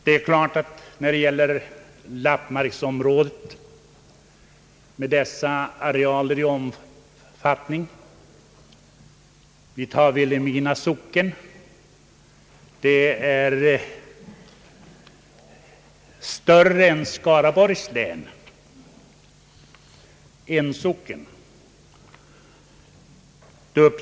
I Lappmarken finns mycket stora arealer. Vilhelmina socken exempelvis är större än Skaraborgs län.